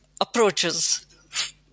approaches